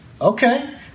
Okay